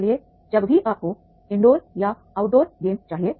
इसलिए जब भी आपको इनडोर या आउटडोर गेम चाहिए